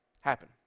happen